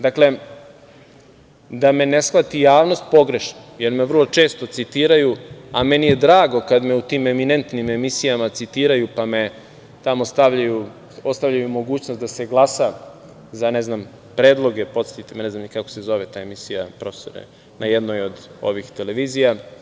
Dakle, da me ne shvati javnost pogrešno, jer me vrlo često citiraju, a meni je drago kad me u tim eminentnim emisijama citiraju, pa ostavljaju mogućnost da se glasa, za ne znam, predloge, ne znam ni kako se zove ta emisija profesore ne jednoj od ovih emisija.